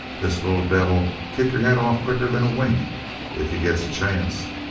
this little devil'll kick your head off quicker than a wink if he gets a chance.